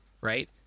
right